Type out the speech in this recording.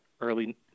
early